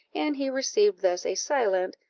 and he received thus a silent,